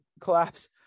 collapse